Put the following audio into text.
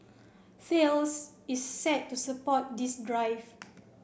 Thales is set to support this drive